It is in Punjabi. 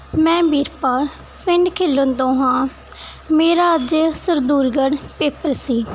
ਮੈਂ ਬੀਰਪਾਲ ਪਿੰਡ ਖਿਲਣ ਤੋਂ ਹਾਂ ਮੇਰਾ ਅੱਜ ਸਰਦੂਲਗੜ੍ਹ ਪੇਪਰ ਸੀ